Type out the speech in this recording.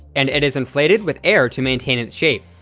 and it is inflated with air to maintain its shape.